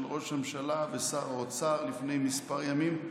של ראש הממשלה ושר האוצר לפני כמה ימים,